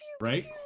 Right